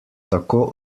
tako